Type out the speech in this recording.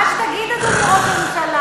מה שתגיד, אדוני ראש הממשלה.